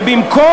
ובמקום,